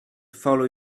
follow